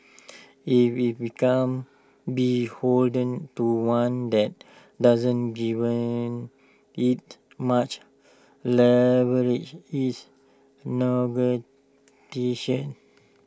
if IT becomes beholden to one that doesn't give IT much leverage is